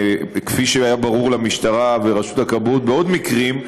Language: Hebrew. כפי שהיה ברור למשטרה ולרשות הכבאות בעוד מקרים,